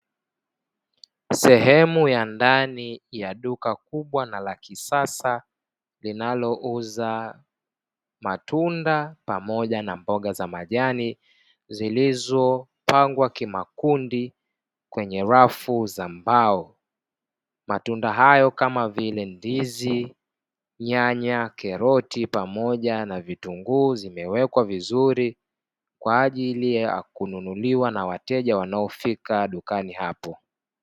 Sehemu ya ndani ya duka kubwa na la kisasa linalouza matunda pamoja na mboga za majani zilizopangwa kimakundi kwenye rafu za mbao, matunda hayo kama vile ndizi, nyanya, karoti pamoja na vitunguu vimewekwa vizuri kwa ajili ya kununuliwa na wateja wanaofika dukani hapo.